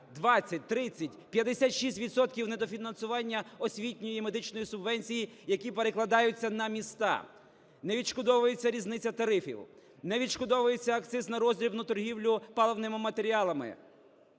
20, 30, 56 відсотків недофінансування освітньої медичної субвенції, які перекладаються на міста. Не відшкодовується різниця тарифів, не відшкодовується акциз на роздрібну торгівлю паливними матеріалами,